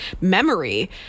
Memory